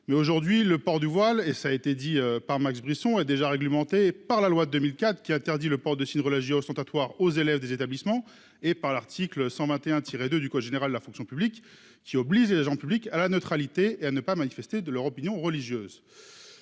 Actuellement, le port du voile, comme l'a précisé Max Brisson, est déjà réglementé par la loi de 2004 qui interdit le port de signes religieux ostentatoires aux élèves des établissements et par les articles L. 121-1 à L. 121-11 du code général de la fonction publique qui obligent les agents publics à être neutres et à ne pas manifester leurs opinions religieuses.